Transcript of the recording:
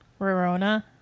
Rorona